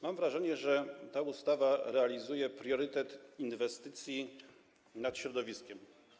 Mam wrażenie, że ta ustawa realizuje priorytet inwestycji nad środowiskiem.